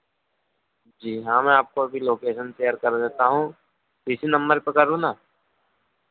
जी हाँ मैं आपको अभी लोकेशन शेयर कर देता हूँ इसी नंबर पे करूँ ना